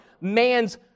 man's